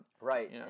Right